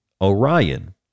Orion